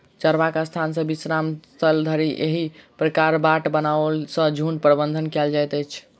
चरबाक स्थान सॅ विश्राम स्थल धरि एहि प्रकारक बाट बनओला सॅ झुंडक प्रबंधन कयल जाइत छै